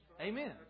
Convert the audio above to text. Amen